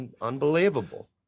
unbelievable